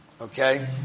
Okay